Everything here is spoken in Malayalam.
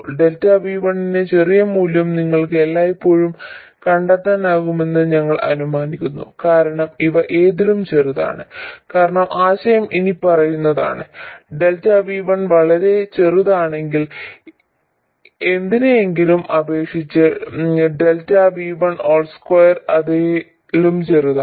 ΔV1 ന്റെ ചെറിയ മൂല്യം നിങ്ങൾക്ക് എല്ലായ്പ്പോഴും കണ്ടെത്താനാകുമെന്ന് ഞങ്ങൾ അനുമാനിക്കുന്നു കാരണം ഇവ ഇതിലും ചെറുതാണ് കാരണം ആശയം ഇനിപ്പറയുന്നതാണ് ΔV1 വളരെ ചെറുതാണെങ്കിൽ എന്തിനെയെങ്കിലും അപേക്ഷിച്ച് ΔV12 അതിലും ചെറുതാണ്